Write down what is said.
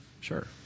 Sure